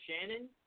Shannon